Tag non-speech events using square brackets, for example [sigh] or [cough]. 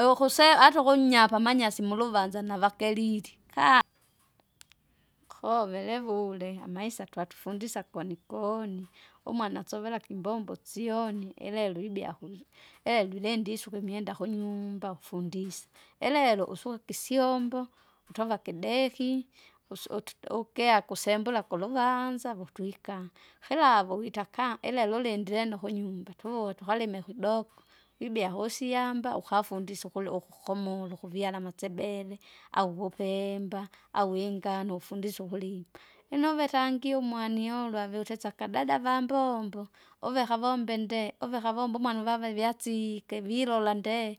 iukusee ataukunya apamanyasi muluvanza navakeriri kaa! [noise] kovelevule amaisa twatufundisa konikoni. [noise] Umwana sovelake imbombo syoni ilelo ibyakuzu, eehe! lilindi isuka imwenda kunyumba kufundisa, eleleo usuka kisyombo, utova ikideki, usu- utu- ukea kusembula kuluvanza vutwika, kilavu wita kaa! ila lulindie nukunyumba tuvute tukalime kidoko [noise] ibyakusyamba ukuafundisye ukuli- ukukomolo kuvyala amasebele, au vupeimba, au ingano ufundiswe uvulima. Inove tangie umwaniolwa aviusise akadada vambombo, uve akavomba indee, uve akavomba umwana uvave viasike vilola ndee.